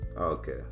Okay